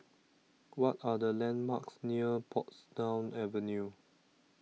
what are the landmarks near Portsdown Avenue